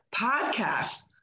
podcasts